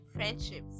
friendships